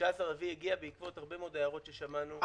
19 באפריל הגיע בעקבות הרבה מאוד הערות ששמענו.